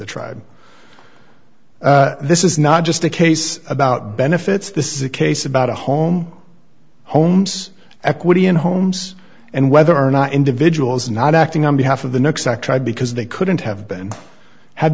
the tribe this is not just a case about benefits this is a case about a home homes equity in homes and whether or not individuals not acting on behalf of the next act try because they couldn't have been had